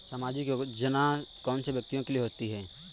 सामाजिक योजना कौन से व्यक्तियों के लिए होती है?